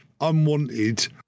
unwanted